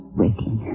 waiting